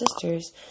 sister's